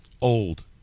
Old